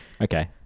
Okay